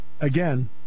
again